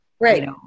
Right